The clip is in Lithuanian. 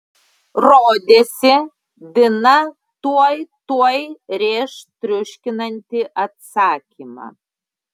rodėsi dina tuoj tuoj rėš triuškinantį atsakymą